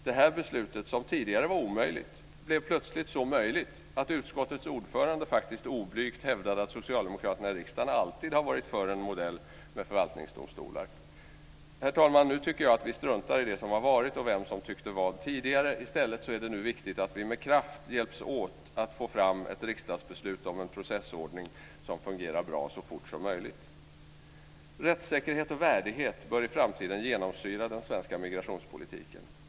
Det här beslutet, som tidigare var omöjligt, blev plötsligt så möjligt att utskottets ordförande faktiskt oblygt hävdade att socialdemokraterna i riksdagen alltid har varit för en modell med förvaltningsdomstolar. Herr talman! Nu tycker jag att vi struntar i det som har varit och vem som tyckte vad tidigare. I stället är det nu viktigt att vi med kraft hjälps åt att så fort som möjligt få fram ett riksdagsbeslut om en processordning som fungerar bra. Rättssäkerhet och värdighet bör i framtiden genomsyra den svenska migrationspolitiken.